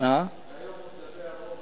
תן לנו לתמוך בך.